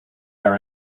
our